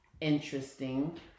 interesting